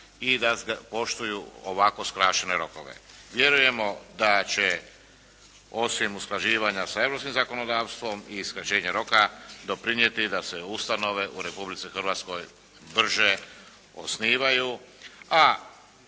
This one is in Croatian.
i da poštuju ovako skraćene rokove. Vjerujemo da će osim usklađivanja sa europskim zakonodavstvom i skraćenje rok doprinijeti da se ustanove u Republici Hrvatskoj brže osnivaju, a